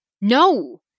No